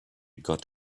got